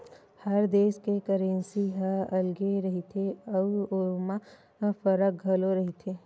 हर देस के करेंसी ह अलगे रहिथे अउ ओमा फरक घलो रहिथे